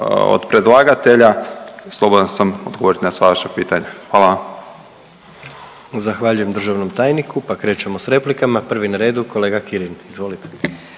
od predlagatelja. Slobodan sam odgovoriti na sva vaša pitanja. Hvala vam. **Jandroković, Gordan (HDZ)** Zahvaljujem državnom tajniku, pa krećemo sa replikama. Prvi je na redu kolega Kirin, izvolite.